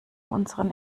unseren